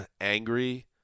angry